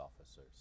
officers